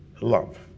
love